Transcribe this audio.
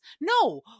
No